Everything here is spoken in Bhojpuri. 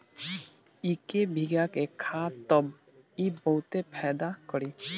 इके भीगा के खा तब इ बहुते फायदा करि